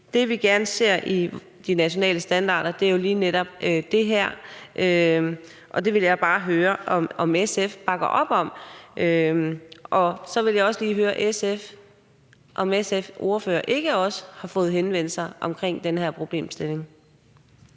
det, vi gerne ser i de nationale standarder, er jo lige netop det her. Og jeg vil bare høre, om SF bakker op om det. Så vil jeg også lige høre SF, om SF's ordfører ikke også har fået henvendelser om denne her problemstilling.